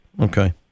Okay